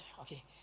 okay